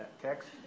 text